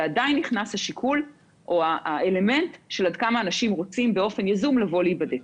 ועדיין נכנס האלמנט עד כמה אנשים רוצים באופן יזום לבוא ולהיבדק.